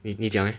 你你讲 leh